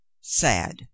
sad